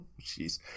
Jeez